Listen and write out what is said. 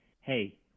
hey